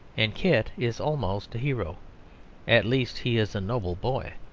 and kit is almost a hero at least he is a noble boy.